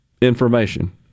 information